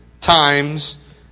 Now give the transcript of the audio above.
times